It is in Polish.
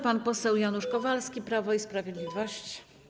Pan poseł Janusz Kowalski, Prawo i Sprawiedliwość.